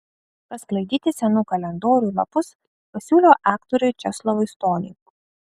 pasklaidyti senų kalendorių lapus pasiūliau aktoriui česlovui stoniui